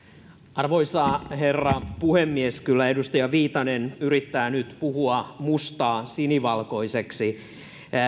arvoisa herra puhemies kyllä edustaja viitanen yrittää nyt puhua mustaa sinivalkoiseksi